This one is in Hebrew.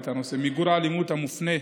מיגור האלימות המופנית